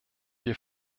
wir